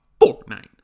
Fortnite